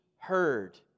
heard